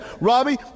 Robbie